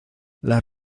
las